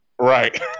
Right